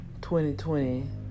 2020